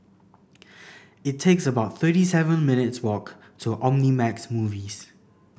it takes about thirty seven minutes' walk to Omnimax Movies